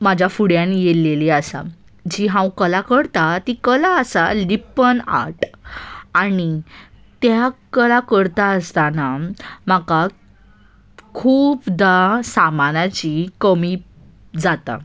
म्हज्या फुड्यान आयिल्लीं आसा जी हांव कला करतां ती कला आसा लिप्पन आर्ट आनी त्या कला करता आसतना म्हाका खुबदा सामानाची कमी जाता